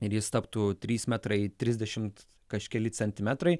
ir jis taptų trys metrai trisdešimt kažkeli centimetrai